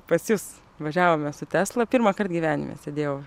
pas jus važiavome su tesla pirmąkart gyvenime sėdėjau